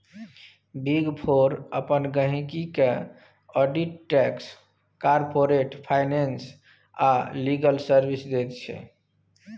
big four अपन गहिंकी केँ आडिट टैक्स, कारपोरेट फाइनेंस आ लीगल सर्विस दैत छै